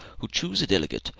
who choose a delegate,